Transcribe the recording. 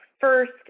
First